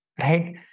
Right